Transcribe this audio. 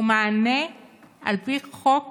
הוא מענה על פי חוק